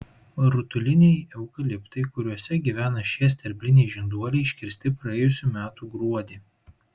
rutuliniai eukaliptai kuriuose gyvena šie sterbliniai žinduoliai iškirsti praėjusių metų gruodį